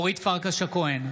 אורית פרקש הכהן,